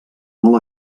molt